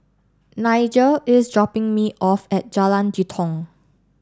Nigel is dropping me off at Jalan Jitong